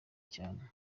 cyane